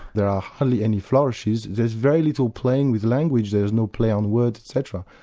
there are hardly any flourishes, there's very little playing with language, there's no play on words etc.